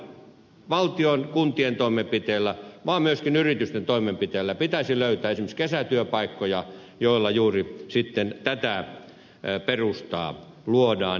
siksi ei vain valtion ja kuntien toimenpiteillä vaan myöskin yritysten toimenpiteillä pitäisi löytää esimerkiksi kesätyöpaikkoja joilla juuri tätä perustaa luodaan